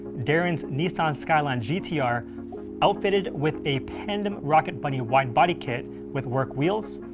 darren's nissan skyline gt-r outfitted with a pandem rocket bunny wide body kit with work wheels,